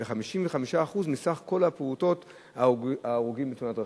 ו-55% מסך כל הפעוטות ההרוגים בתאונות דרכים.